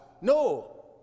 No